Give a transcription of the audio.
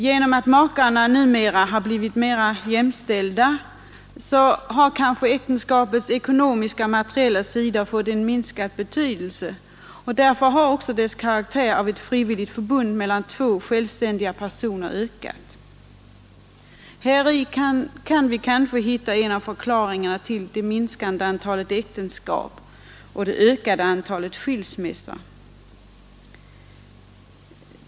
Genom att makar numera blivit mer jämställda har kanske äktenskapets ekonomiska och materiella sidor fått minskad betydelse och dess karaktär av ett frivilligt förbund mellan två självständiga personer har ökat. Kanske ligger häri en av förklaringarna till det minskande antalet äktenskap och ökande antalet skilsmässor.